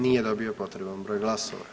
Nije dobio potreban broj glasova.